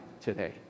today